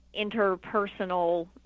interpersonal